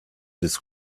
his